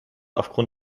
aufgrund